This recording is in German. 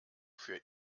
für